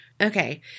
Okay